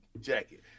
jacket